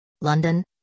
London